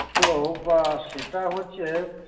ᱛᱚ ᱵᱟ ᱥᱮᱴᱟ ᱦᱚᱪᱪᱷᱮ